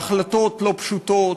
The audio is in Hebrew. ההחלטות לא פשוטות,